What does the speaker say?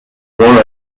one